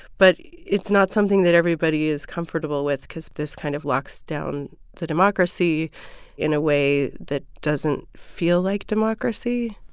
but it's not something that everybody is comfortable with cause this kind of locks down the democracy in a way that doesn't feel like democracy